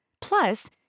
Plus